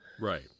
Right